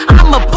I'ma